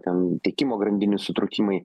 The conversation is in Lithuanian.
ten tiekimo grandinių sutrūkimai